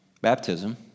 baptism